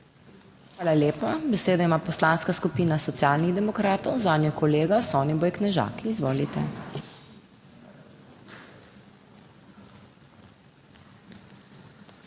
Hvala lepa. Besedo ima Poslanska skupina Socialnih demokratov, zanjo kolega Soniboj Knežak. Izvolite. **SONIBOJ